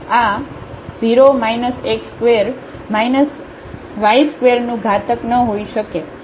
તેથી અને આ 0 x ² માઇનસ y ² નું ઘાતક ન હોઈ શકે